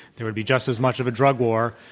there would be just as much of a drug war,